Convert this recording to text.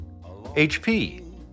HP